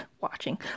watching